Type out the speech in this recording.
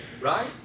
right